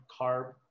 carb